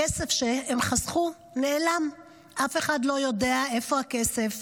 הכסף שהם חסכו נעלם, אף אחד לא יודע איפה הכסף.